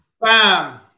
bam